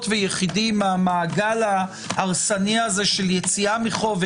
ויחידים מהמעגל ההרסני הזה של יציאה מחוב,